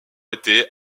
été